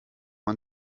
man